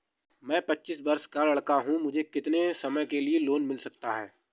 मैं पच्चीस वर्ष का लड़का हूँ मुझे कितनी समय के लिए लोन मिल सकता है?